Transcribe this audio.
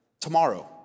tomorrow